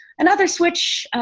another switch,